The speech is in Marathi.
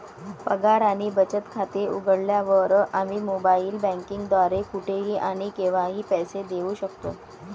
पगार आणि बचत खाते उघडल्यावर, आम्ही मोबाइल बँकिंग द्वारे कुठेही आणि केव्हाही पैसे देऊ शकतो